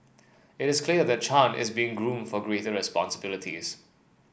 it is clear that Chan is being groomed for greater responsibilities